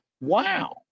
Wow